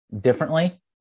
differently